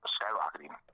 Skyrocketing